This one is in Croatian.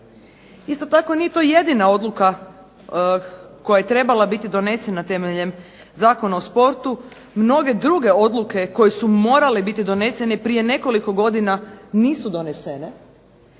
Isto tako nije to jedina odluka koja je trebala biti donesena temeljem Zakona o sportu, mnoge druge odluke koje su morale biti donesene prije nekoliko godina nisu donesene,